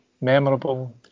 memorable